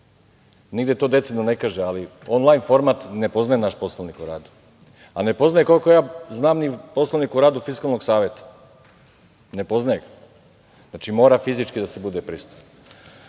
Nigde to decidno ne kaže, ali on lajn format ne poznaje naš Poslovnik o radu, a ne poznaje, koliko ja znam, ni Poslovnik o radu Fiskalnog saveta. Ne poznaje ga. Znači, mora fizički da se bude prisutan. Sada